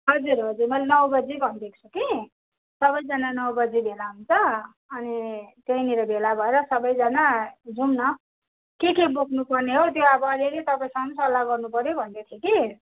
हजुर हजुर मैले नौ बजी भनिदिएको छु कि सबैजना नौ बजी भेला हुन्छ अनि त्यहीँनेर भेला भएर सबैजना जाउँ न के के बोक्नुपर्ने हो त्यो अब अलिअलि तपाईँसँग पनि सल्लाह गर्नुपऱ्यो भन्दै थिएँ कि